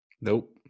Nope